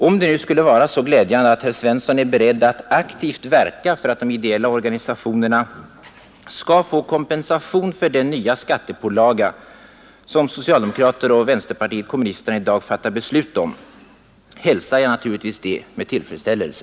Om det nu skulle vara så glädjande att herr Svensson i Kungälv är beredd att aktivt verka för att de ideella organisationerna skall få kompensation för den nya skattepålaga som socialdemokraterna och vänsterpartiet kommunisterna i dag fattar beslut om, hälsar jag naturligtvis detta med tillfredsställelse.